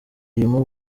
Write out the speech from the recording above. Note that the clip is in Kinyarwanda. arimo